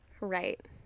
Right